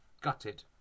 Gutted